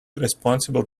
responsible